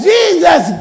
Jesus